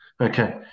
Okay